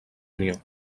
unió